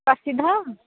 ପ୍ରସିଦ୍ଧ